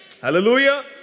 Hallelujah